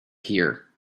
here